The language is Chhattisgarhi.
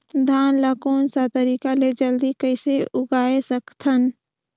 धान ला कोन सा तरीका ले जल्दी कइसे उगाय सकथन?